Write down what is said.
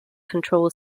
control